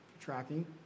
tracking